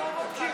עזוב אותך.